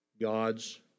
God's